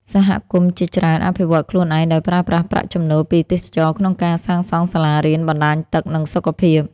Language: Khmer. សហគមន៍ជាច្រើនអភិវឌ្ឍខ្លួនឯងដោយប្រើប្រាស់ប្រាក់ចំណូលពីទេសចរណ៍ក្នុងការសាងសង់សាលារៀន បណ្តាញទឹក និងសុខភាព។